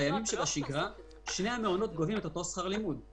בימים של שגרה שני המעונות גובים את אותו שכר לימוד.